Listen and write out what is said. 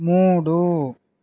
మూడు